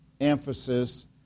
emphasis